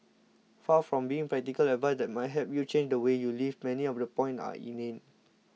far from being practical advice that might help you change the way you live many of the points are inane